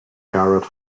garret